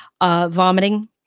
vomiting